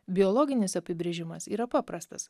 biologinis apibrėžimas yra paprastas